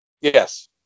Yes